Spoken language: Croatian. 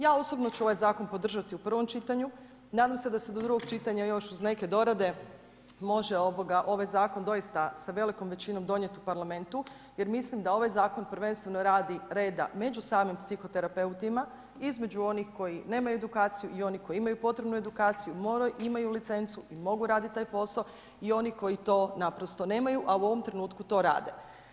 Ja osobno ću ovaj zakon podržati u prvom čitanju, nadam se da se do drugog čitanja još uz neke dorade može ovaj zakon doista sa velikom većinom donijeti u Parlamentu jer mislim da ovaj zakon prvenstveno radi reda među samim psihoterapeutima između onih koji nemaju edukaciju i oni koji imaju potrebnu edukaciju, imaju licencu i mogu raditi taj posao i onih koji to naprosto nemaju, a u ovom trenutku to rade.